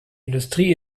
industrie